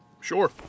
Sure